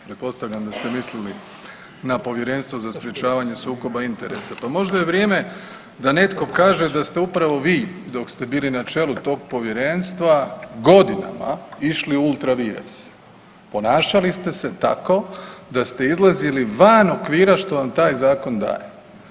Pretpostavljam da ste mislili na Povjerenstvo za sprječavanje sukoba interesa, pa možda je vrijeme da netko kaže da ste upravo vi dok ste bili na čelu tog povjerenstva godina išli ultra vires, ponašali ste se tako da ste izlazili van okvira što vam taj zakon daje.